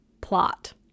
plot